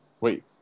Wait